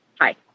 Hi